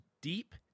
deep